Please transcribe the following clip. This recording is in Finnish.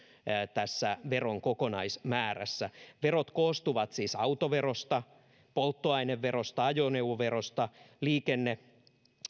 tässä veron kokonaismäärässä verot koostuvat siis autoverosta polttoaineverosta ajoneuvoverosta liikenne